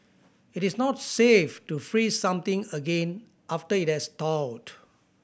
it is not safe to freeze something again after it has thawed